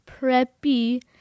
preppy